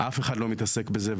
אף אחד לא מתעסק בזה,